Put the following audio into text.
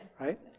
Right